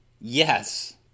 Yes